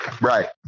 Right